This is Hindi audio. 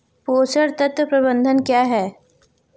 पोषक तत्व प्रबंधन क्या है?